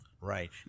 Right